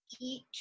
eat